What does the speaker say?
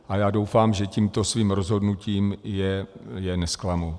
A já doufám, že tímto svým rozhodnutím je nezklamu.